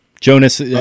Jonas